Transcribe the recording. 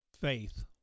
faith